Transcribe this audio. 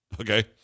Okay